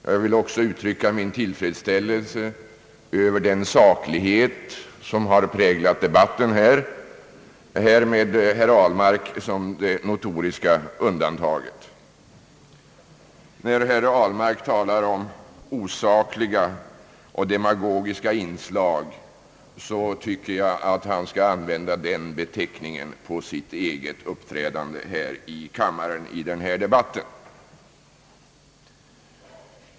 Jag vill även uttrycka min tillfredsställelse över den saklighet som har präglat debatten. dock med herr Ahlmark som det notoriska undantaget. När herr Ahlmark talar om osakliga och demagogiska inslag, tycker jag att han skall använda dessa beteckningar på sitt eget uppträdande här i kammaren under denna debatt.